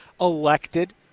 elected